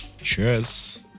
Cheers